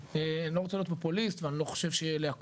אני לא רוצה להיות פופוליסט ואני לא חושב שלהכל